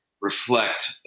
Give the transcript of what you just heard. reflect